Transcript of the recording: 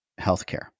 healthcare